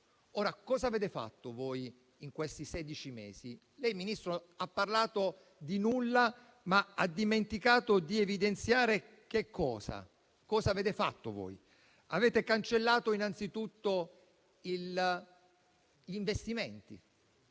Cosa avete fatto voi in questi sedici mesi? Lei, signor Ministro, ha parlato di nulla, ma ha dimenticato di evidenziare che cosa avete fatto voi. Avete cancellato innanzitutto gli investimenti;